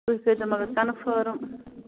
تُہۍ کٔرۍزیو مگر کَنفٲرٕم